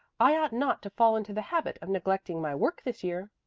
i ought not to fall into the habit of neglecting my work this year.